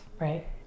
Right